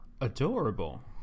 adorable